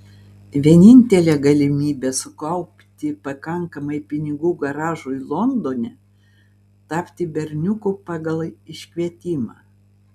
vienintelė galimybė sukaupti pakankamai pinigų garažui londone tapti berniuku pagal iškvietimą